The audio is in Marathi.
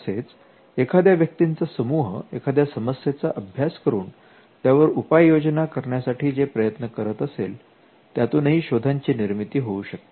तसेच एखाद्या व्यक्तींचा समूह एखाद्या समस्येचा अभ्यास करून त्यावर उपाय योजना करण्यासाठी जे प्रयत्न करत असेल त्यातूनही शोधाची निर्मिती होऊ शकते